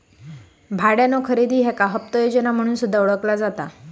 भाड्यानो खरेदी याका हप्ता योजना म्हणून सुद्धा ओळखला जाता